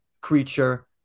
creature